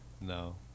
No